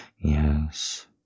Yes